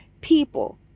people